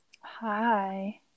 Hi